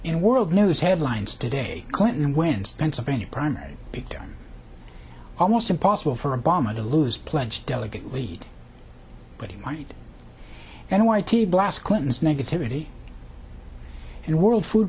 and world news headlines today clinton wins pennsylvania primary bigtime almost impossible for obama to lose pledged delegate lead but he might and why do you blast clinton's negativity in the world food